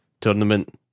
tournament